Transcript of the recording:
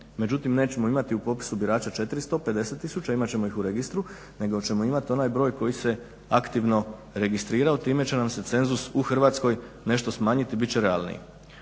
Međutim, nećemo imati u popisu birača 450 tisuća, imat ćemo ih u registru, nego ćemo imati onaj broj koji se aktivno registrirao. Time će nam se cenzus u Hrvatskoj nešto smanjiti, bit će realniji.